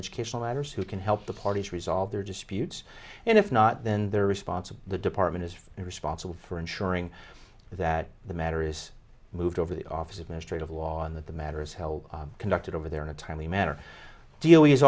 educational matters who can help the parties resolve their disputes and if not then their response of the department is responsible for ensuring that the matter is moved over the office of ministry of law and that the matter is held conducted over there in a timely matter d